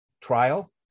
trial